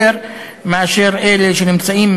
יותר מאשר מאלה שנמצאים